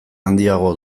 handiagoa